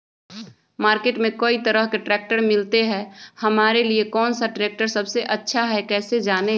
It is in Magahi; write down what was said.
मार्केट में कई तरह के ट्रैक्टर मिलते हैं हमारे लिए कौन सा ट्रैक्टर सबसे अच्छा है कैसे जाने?